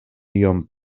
iom